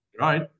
right